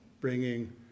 bringing